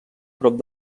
prop